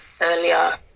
earlier